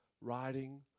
riding